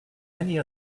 many